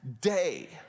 day